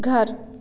घर